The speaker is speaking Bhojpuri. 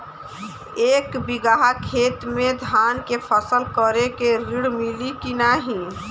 एक बिघा खेत मे धान के फसल करे के ऋण मिली की नाही?